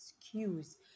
excuse